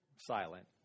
silent